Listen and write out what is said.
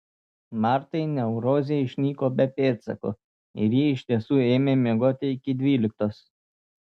martai neurozė išnyko be pėdsako ir ji iš tiesų ėmė miegoti iki dvyliktos